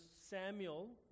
Samuel